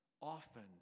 often